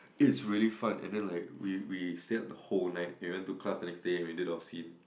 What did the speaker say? it's really fun and then like we we stayed at the whole night and we went to class the next day we did our scene